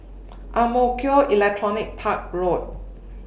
Ang Mo Kio Electronics Park Road